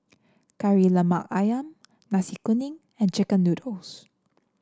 Kari Lemak ayam Nasi Kuning and chicken noodles